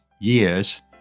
years